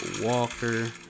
Walker